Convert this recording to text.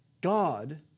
God